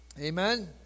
Amen